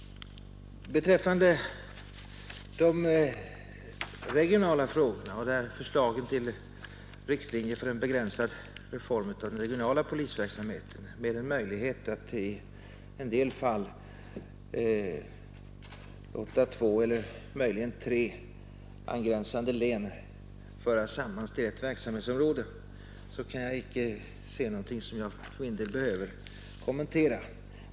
Vad beträffar förslaget till riktlinjer för en begränsad reform av den regionala polisverksamheten med möjlighet att i en del fall låta två eller kanske tre angränsande län föras samman till ett verksamhetsområde, kan jag inte se någonting som jag för min del behöver kommentera.